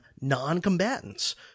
non-combatants